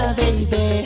baby